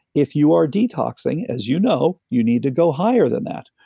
if you are detoxing, as you know, you need to go higher than that.